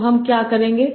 तो हम क्या करेंगे